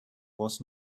was